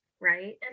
right